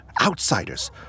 outsiders